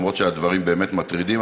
למרות שהדברים באמת מטרידים,